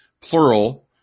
plural